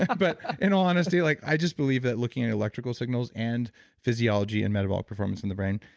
but in all honesty, like i just believe that looking at electrical signals and physiology and metabolic performance in the brain,